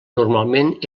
normalment